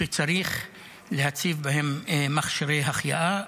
שצריך להציב בהם מכשירי החייאה,